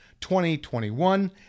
2021